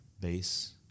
base